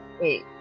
wait